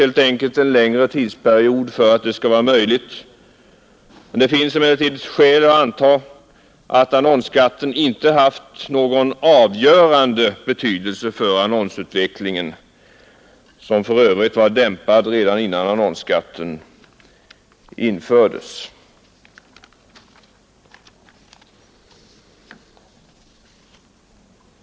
Det krävs en längre tidsperiod för att det skall vara möjligt. Det finns emellertid skäl anta att annonsskatten inte haft någon avgörande betydelse för annonsutvecklingen, som för övrigt var dämpad redan innan annonsskatten infördes.